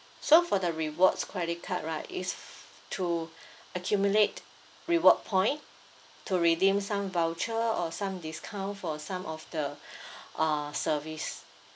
so for the rewards credit card right it's to accumulate reward point to redeem some voucher or some discount for some of the uh service